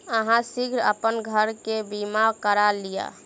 अहाँ शीघ्र अपन घर के बीमा करा लिअ